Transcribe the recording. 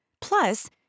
Plus